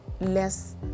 less